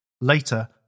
Later